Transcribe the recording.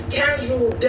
casual